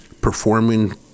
performing